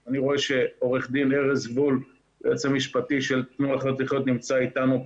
אני רואה שעו"ד ארז וולף היועמ"ש של 'תנו לחיות לחיות' נמצא פה איתנו,